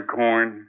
coin